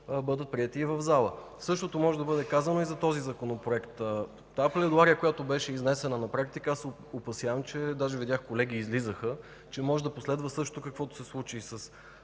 бъдат приети и в залата. Същото може да бъде казано и за този Законопроект. От пледоарията, която беше изнесена, се опасявам – даже видях, че колеги излизаха и може да последва същото, каквото се случи и с